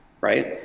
Right